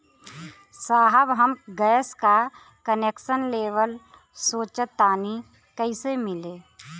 साहब हम गैस का कनेक्सन लेवल सोंचतानी कइसे मिली?